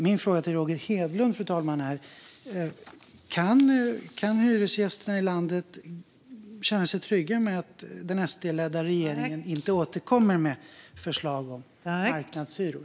Min fråga till Roger Hedlund, fru talman, är: Kan hyresgästerna i landet känna sig trygga med att den SD-ledda regeringen inte återkommer med förslag om marknadshyror?